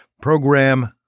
program